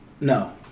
No